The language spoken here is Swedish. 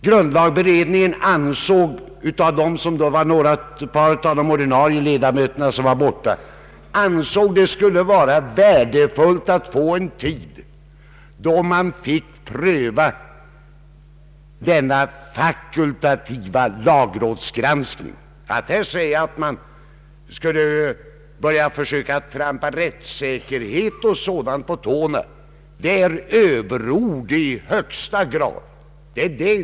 Grundlagberedningen ansåg att det skulle vara värdefullt att under en tid pröva en fakultativ lagrådsgranskning. Att säga att man skulle börja försöka trampa rättssäkerheten på tårna, det är överord i högsta grad.